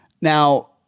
Now